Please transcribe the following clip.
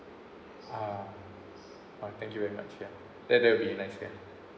ah ah thank you very much ya that that will be nice ya